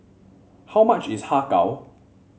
how much is Har Kow